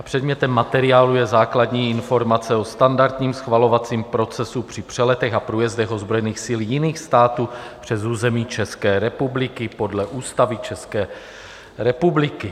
Předmětem materiálu je základní informace o standardním schvalovacím procesu při přeletech a průjezdech ozbrojených sil jiných států přes území České republiky podle Ústavy České republiky.